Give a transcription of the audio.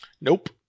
nope